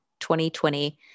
2020